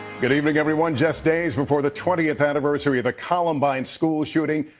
good evening, everyone. just days before the twentieth anniversary of the columbine school shooting,